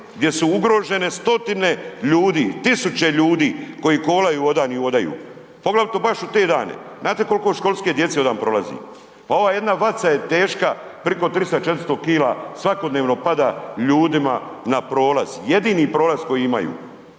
gdje su ugrožene stotine ljudi, tisuće ljudi koji kolaju ovdan i odaju. Poglavito baš u te dane. Znate kolko školske djece ovdan prolazi? Pa ova jedna vatica je teška priko 300-400 kg svakodnevno pada ljudima na prolaz, jedini prolaz koji imaju.